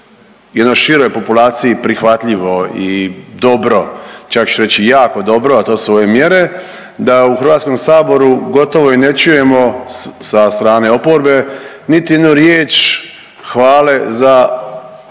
jednoj široj populaciji prihvatljivo i dobro, čak ću reći i jako dobro, a to su ove mjere da u HS gotovo i ne čujemo sa strane oporbe niti jednu riječ hvale za